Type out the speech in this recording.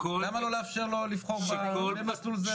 למה לא לאפשר לאדם לבחור בין המסלול הזה למסלול האחר?